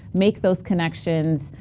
make those connections,